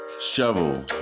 shovel